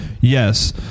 yes